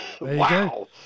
wow